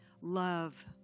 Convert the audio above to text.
love